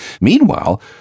Meanwhile